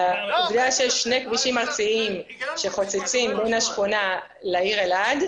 העובדה שיש שני כבישים ארציים שחוצצים פני שכונה לעיר אלעד,